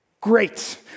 Great